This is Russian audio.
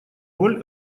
роль